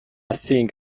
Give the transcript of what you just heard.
think